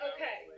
Okay